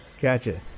gotcha